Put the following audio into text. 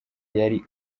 yari